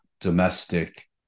domestic